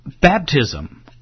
baptism